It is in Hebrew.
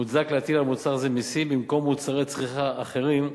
מוצדק להטיל על מוצר זה מסים כבדים במקום על מוצרי צריכה אחרים,